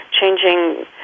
changing